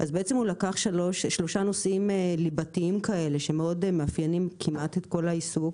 הוא לקח שלושה נושאים ליבתיים שמאפיינים כמעט את כל העיסוק.